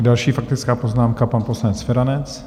Další faktická poznámka, pan poslanec Feranec.